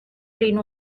clean